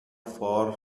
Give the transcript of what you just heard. far